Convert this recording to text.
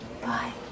Bye